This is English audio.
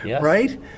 right